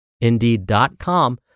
indeed.com